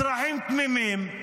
אזרחים תמימים,